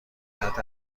صحت